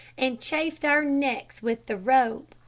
and chafed our necks with the rope.